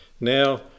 now